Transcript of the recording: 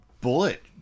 bullet